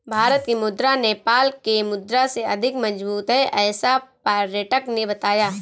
भारत की मुद्रा नेपाल के मुद्रा से अधिक मजबूत है ऐसा पर्यटक ने बताया